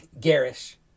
garish